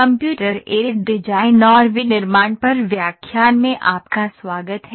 computer aided design और विनिर्माण पर व्याख्यान में आपका स्वागत है